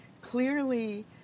clearly